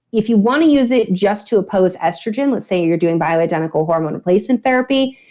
if you want to use it just to oppose estrogen, let's say you're doing bioidentical hormone replacement therapy,